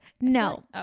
no